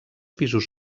pisos